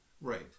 Right